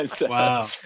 Wow